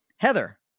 Heather